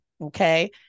Okay